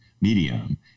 medium